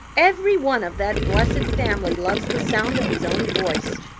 every one of that blessed family loves the sound of his own voice.